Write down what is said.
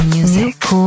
Music